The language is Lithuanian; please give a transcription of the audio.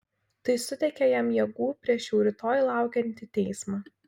tai suteikia jam jėgų prieš jau rytoj laukiantį teismą